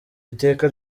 iteka